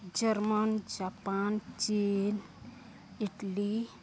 Jarman Japan ᱪᱤᱱ Italy